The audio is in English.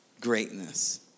greatness